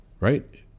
Right